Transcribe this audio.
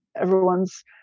everyone's